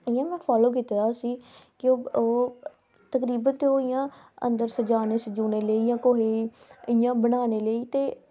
ते में फॉलो कीते दा उसी की ओह् तकरीबन ते इंया अंदर सजानै लेई इंया बनाने लेई ते